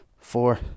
four